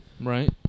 right